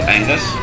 Angus